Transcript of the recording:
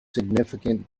significant